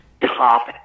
top